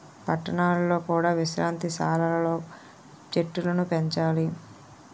పట్టణాలలో కూడా విశ్రాంతి సాలలు లో చెట్టులను పెంచాలి